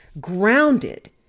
grounded